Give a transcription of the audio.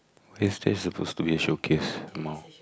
is this suppose to be a showcase more